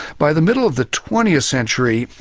by the middle of the twentieth century,